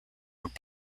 would